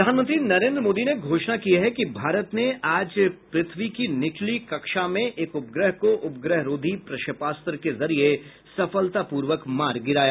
प्रधानमंत्री नरेन्द्र मोदी ने घोषणा की है कि भारत ने आज पृथ्वी की निचली कक्षा में एक उपग्रह को उपग्रहरोधी प्रक्षेपास्त्र के जरिए सफलतापूर्वक मार गिराया